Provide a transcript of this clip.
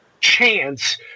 chance